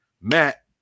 Matt